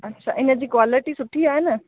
अछा इन जी क्वालिटी सुठी आहे न